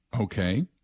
Okay